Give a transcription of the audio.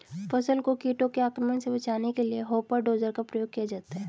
फसल को कीटों के आक्रमण से बचाने के लिए हॉपर डोजर का प्रयोग किया जाता है